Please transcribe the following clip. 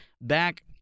back